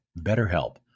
BetterHelp